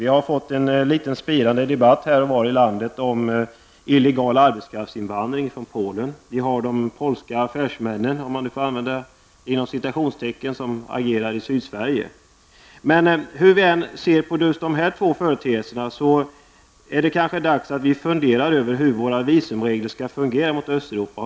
Vi har fått en spirande debatt här och var i landet om illegal arbetskraftsinvandring från Polen. Och vi har de polska ''affärsmännen'' som agerar i Sydsverige. Men hur vi än ser på dessa två företeelser, är de kanske dags att vi funderar över hur våra visumregler skall fungera mot Östeuropa.